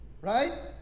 right